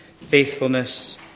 faithfulness